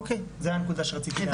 אוקי, זה מה שרציתי להבהיר.